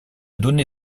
donné